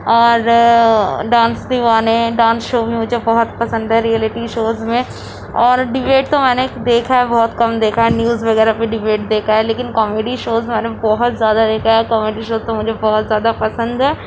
اور dance Deewane dance show بھی مجھے بہت پسند ہے رئیلٹی شوز میں اور ڈبیٹ تو میں نے دیکھا ہے بہت کم دیکھا ہے نیوز وغیرہ پہ ڈبیٹ دیکھا ہے لیکن کامیڈی شوز میں نے بہت زیادہ دیکھا ہے کامیڈی شوز تو مجھے بہت زیادہ پسند ہیں